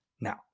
Now